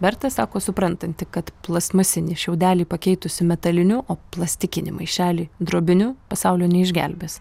berta sako suprantanti kad plastmasinį šiaudelį pakeitusi metaliniu o plastikinį maišelį drobiniu pasaulio neišgelbės